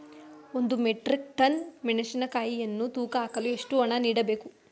ಒಂದು metric ton ಮೆಣಸಿನಕಾಯಿಯನ್ನು ತೂಕ ಹಾಕಲು ಎಷ್ಟು ಹಣ ನೀಡಬೇಕು?